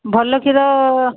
ଭଲ କ୍ଷୀର